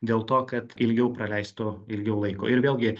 dėl to kad ilgiau praleistų ilgiau laiko ir vėlgi